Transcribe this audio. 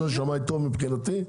זה שמאי טוב מבחינתי,